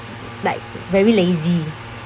like very lazy